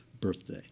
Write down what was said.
birthday